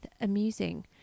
amusing